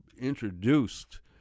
introduced